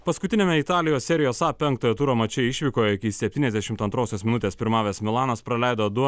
paskutiniame italijos serijos a penktojo turo mače išvykoje septyniasdešimt antrosios minutės pirmavęs milanas praleido du